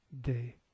day